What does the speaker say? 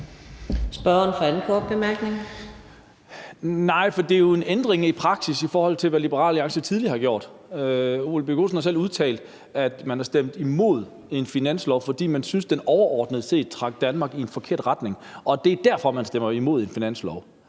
Kl. 10:50 Lars Boje Mathiesen (UFG): Nej, for det er jo en ændring i praksis, i forhold til hvad Liberal Alliance tidligere har gjort. Ole Birk Olesen har selv udtalt, at man har stemt imod et finanslovsforslag, fordi man syntes, det overordnet set trak Danmark i en forkert retning. Det er derfor, man stemmer imod et finanslovsforslag